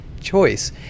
choice